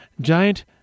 giant